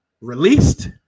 released